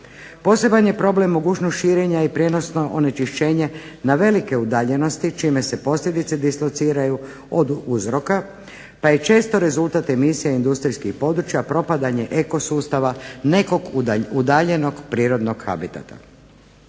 Poseban je problem mogućnost širenja i prijenosno onečišćenje na velike udaljenosti čime se posljedice dislociraju od uzroka, pa je često rezultat emisije industrijskih područja propadanje eko sustava, nekog udaljenog prirodnog habitata.